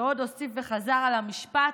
ועוד הוסיף וחזר על המשפט: